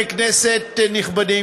כנסת נכבדה,